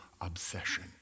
obsession